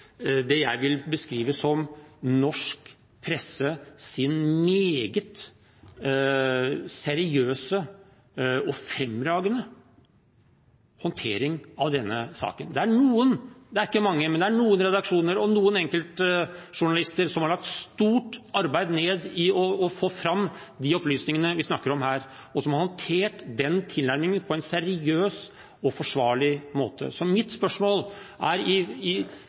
det jeg vil beskrive som norsk presse sin meget seriøse og fremragende håndtering av denne saken. Det er ikke mange, men det er noen redaksjoner og enkelte journalister som har lagt ned et stort arbeid i å få fram de opplysningene vi snakker om her, og som har håndtert den tilnærmingen på en seriøs og forsvarlig måte. Så mitt spørsmål